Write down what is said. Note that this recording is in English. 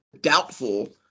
doubtful